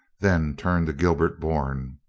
then turned to gilbert bourne.